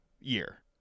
year